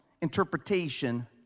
interpretation